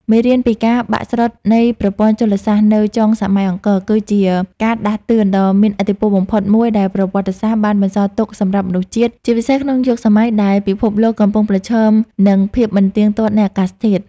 មេរៀនពីការបាក់ស្រុតនៃប្រព័ន្ធជលសាស្ត្រនៅចុងសម័យអង្គរ គឺជាការដាស់តឿនដ៏មានឥទ្ធិពលបំផុតមួយដែលប្រវត្តិសាស្ត្របានបន្សល់ទុកសម្រាប់មនុស្សជាតិ ជាពិសេសក្នុងយុគសម័យដែលពិភពលោកកំពុងប្រឈមនឹងភាពមិនទៀងទាត់នៃអាកាសធាតុ។